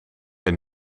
een